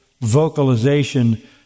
vocalization